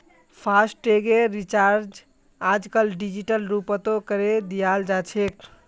फासटैगेर recharge आजकल digital रूपतों करे दियाल जाछेक